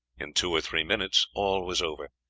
in two or three minutes all was over.